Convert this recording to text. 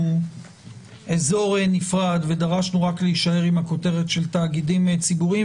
כאזור נפרד ודרשנו להישאר עם הכותרת של תאגידים ציבוריים,